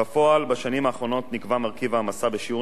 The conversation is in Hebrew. בשנים האחרונות נקבע מרכיב העמסה בשיעור נמוך מאוד,